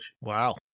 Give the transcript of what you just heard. Wow